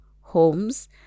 homes